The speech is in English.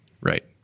Right